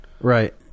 Right